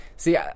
See